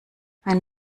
ein